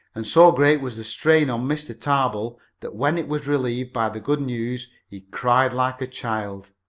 and so great was the strain on mr. tarbill that when it was relieved by the good news he cried like a child.